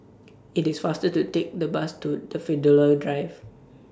IT IS faster to Take The Bus to Daffodil Drive